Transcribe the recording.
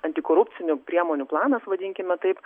antikorupcinių priemonių planas vadinkime taip